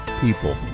people